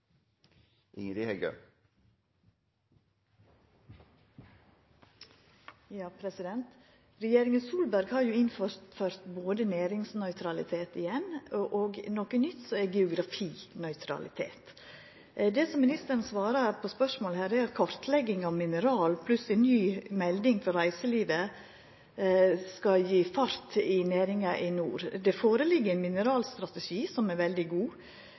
Ingrid Heggø – til oppfølgingsspørsmål. Regjeringa Solberg har jo innført både næringsnøytralitet igjen og noko nytt som er geografinøytralitet. Det som ministeren svarar på spørsmål her, er at kartlegging av mineral pluss ei ny melding for reiselivet skal gje fart i næringa i nord. Det ligg føre ein mineralstrategi, som er veldig god,